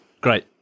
great